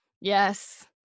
Yes